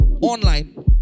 online